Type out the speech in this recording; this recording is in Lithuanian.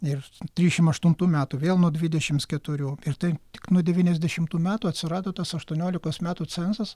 ir trisdešimt aštuntų metų vėl nuo dvidešimt keturių ir tai tik nuo devyniasdešimtų metų atsirado tas aštuoniolikos metų cenzas